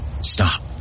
Stop